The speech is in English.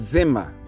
Zimmer